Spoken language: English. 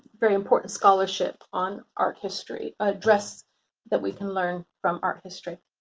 very important scholarship on art history, a dress that we can learn from art history.